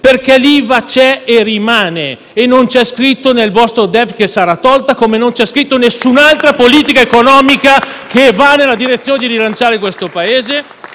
2022; l'IVA c'è e rimane e non c'è scritto nel vostro DEF che sarà tolta, come non c'è scritta nessun'altra norma di politica economica che vada nella direzione di rilanciare il nostro Paese.